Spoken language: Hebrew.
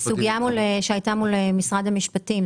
זאת סוגיה שהייתה מול משרד המשפטים,